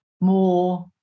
more